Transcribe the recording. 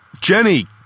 Jenny